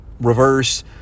reverse